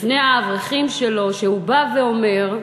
בפני האברכים שלו, שהוא בא ואומר: